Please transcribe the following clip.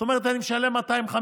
זאת אומרת שאני משלם 250,